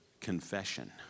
confession